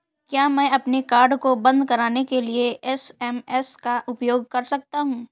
क्या मैं अपने कार्ड को बंद कराने के लिए एस.एम.एस का उपयोग कर सकता हूँ?